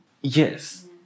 yes